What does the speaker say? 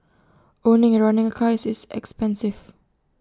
owning and running A car is this expensive